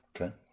Okay